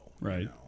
right